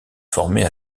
former